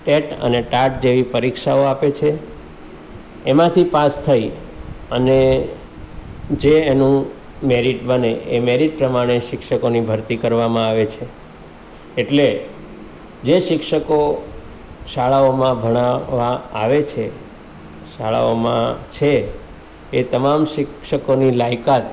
TET અને TAT જેવી પરીક્ષાઓ આપે છે એમાંથી પાસ થઈ અને જે એનું મેરીટ બને એ મેરીટ પ્રમાણે શિક્ષકોની ભરતી કરવામાં આવે છે એટલે જે શિક્ષકો શાળાઓમાં ભણાવવા આવે છે શાળાઓમાં છે એ તમામ શિક્ષકોની લાયકાત